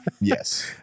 Yes